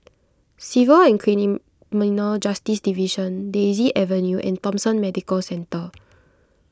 Civil and Criminal Justice Division Daisy Avenue and Thomson Medical Centre